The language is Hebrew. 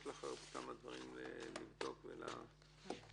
יש לך כמה דברים לבדוק ולהביא.